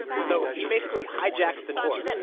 so he basically hijacks the tour,